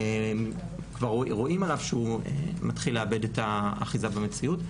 ורואים עליו שהוא מתחיל לאבד את האחיזה במציאות,